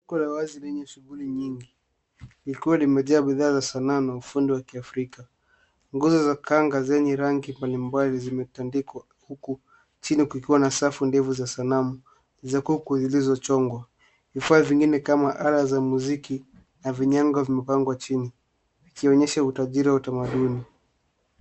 Soko la wazi lenye shughuli nyingi likiwa limejaa bidhaa za sanaa na ufundi wa kiAfrika. Nguo za kanga zenye rangi mbalimbali zimetandikwa huku chini kukiwa na safu ndefu za sanamu za kuwekwa zilizo chongwa. Vifaa vingine kama ala za mziki na vinyango vimepangwa chini vikionyesha utajiri wa tamaduni.